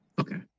Okay